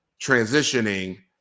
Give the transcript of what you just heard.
transitioning